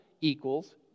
equals